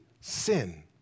sin